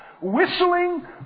Whistling